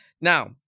Now